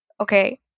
Okay